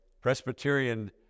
Presbyterian